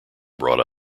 brought